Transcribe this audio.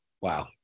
Wow